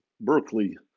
Berkeley